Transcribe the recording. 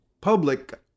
public